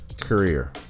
career